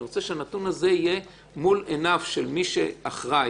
אני רוצה שהנתון הזה יהיה מול עיניו של מי שאחראי